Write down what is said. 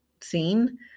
scene